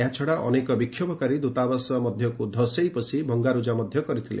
ଏହାଛଡ଼ା ଅନେକ ବିକ୍ଷୋଭକାରୀ ଦୂତାବାସମଧ୍ୟକୁ ଧସେଇପଶି ଭଙ୍ଗାରୁଜା କରିଥିଲେ